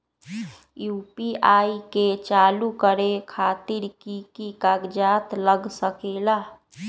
UPI के चालु करे खातीर कि की कागज़ात लग सकेला?